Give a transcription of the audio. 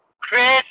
Chris